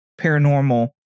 paranormal